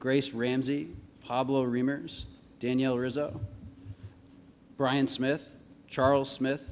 grace ramsey pablo reamers daniel rizzo brian smith charles smith